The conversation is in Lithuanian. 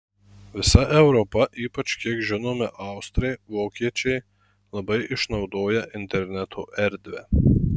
visa europa ypač kiek žinome austrai vokiečiai labai išnaudoja interneto erdvę